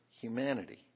humanity